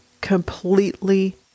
completely